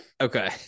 Okay